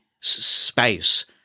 Space